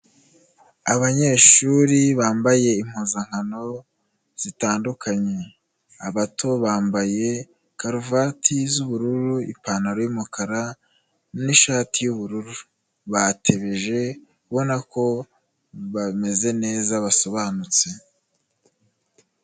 Abanyeshuri bambaye impuzankano zitandukanye, abato bambaye karuvati z'ubururu ipantaro y'umukara, n'ishati y'ubururu batebeje uri kubona ko bameze neza basobanutse.